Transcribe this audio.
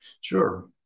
sure